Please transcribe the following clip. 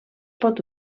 pot